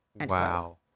Wow